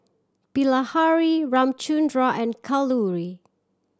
Bilahari Ramchundra and Kalluri